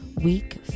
week